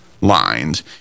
lines